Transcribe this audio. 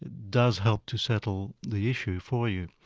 does help to settle the issue for you.